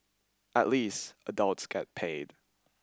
at least adults get paid